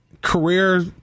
Career